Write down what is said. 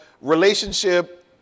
relationship